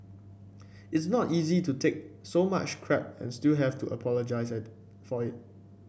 it's not easy to take so much crap and still have to apologise for it